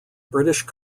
british